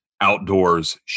outdoors